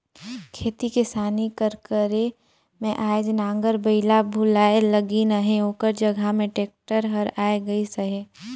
खेती किसानी कर करे में आएज नांगर बइला भुलाए लगिन अहें ओकर जगहा में टेक्टर हर आए गइस अहे